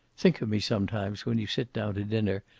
think of me sometimes when you sit down to dinner,